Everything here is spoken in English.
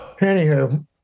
Anywho